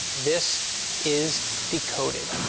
this is decoded.